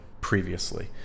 previously